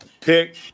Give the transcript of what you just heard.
pick –